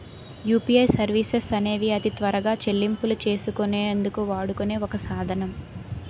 UPI services అనేవి అతి త్వరగా చెల్లింపులు చేసుకునే అందుకు వాడుకునే ఒక సాధనం